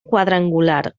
quadrangular